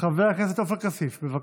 חבר הכנסת עופר כסיף, בבקשה,